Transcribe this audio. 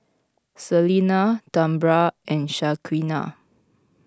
Salina Tambra and Shaquana